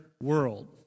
world